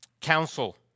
Council